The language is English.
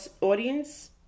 audience